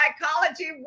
psychology